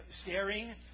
staring